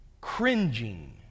cringing